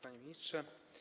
Panie Ministrze!